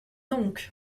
donc